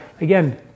again